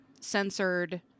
censored